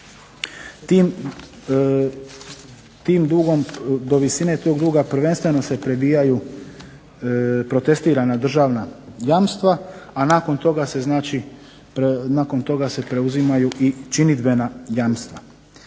Tim dugom, do visine tog duga prvenstveno se prebijaju protestirana državna jamstva, a nakon toga se znači, nakon toga se preuzimaju i činidbena jamstva.